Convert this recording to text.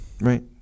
right